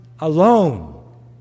alone